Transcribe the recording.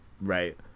right